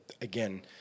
again